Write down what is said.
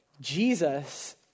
Jesus